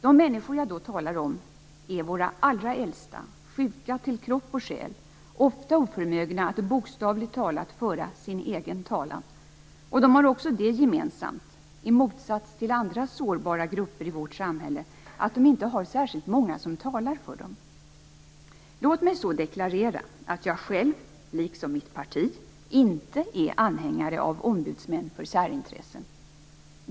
De människor jag då talar om är våra allra äldsta, sjuka till kropp och själ, ofta oförmögna att bokstavligt talat föra sin egen talan, och de har också det gemensamt, i motsats till andra sårbara grupper i vårt samhälle, att de inte har särskilt många som talar för dem. Låt mig så deklarera att jag själv, liksom mitt parti, inte är anhängare av ombudsmän för särintressen.